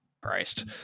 christ